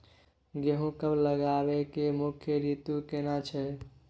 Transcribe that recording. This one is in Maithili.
गेहूं कब लगाबै के मुख्य रीतु केना छै?